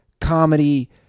comedy